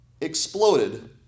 exploded